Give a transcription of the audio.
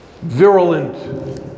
virulent